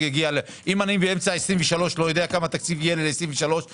אם אני באמצע 23' לא יודע כמה תקציב יהיה ל-23',